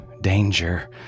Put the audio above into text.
Danger